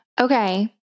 Okay